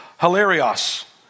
Hilarious